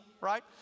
right